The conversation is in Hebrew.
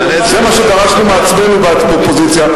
זה מה שדרשנו מעצמנו באופוזיציה,